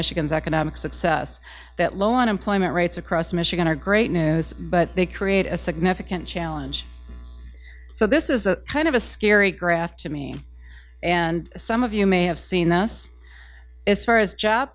michigan's economic success that low unemployment rates across michigan are great news but they create a significant challenge so this is a kind of a scary graph to me and some of you may have seen us as far as job